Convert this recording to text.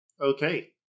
Okay